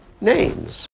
names